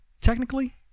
technically